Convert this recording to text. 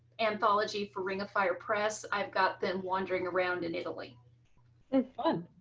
anthology for ring of fire. press. i've got been wandering around in italy and fun.